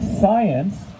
science